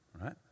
right